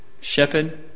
shepherd